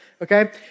okay